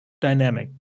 dynamic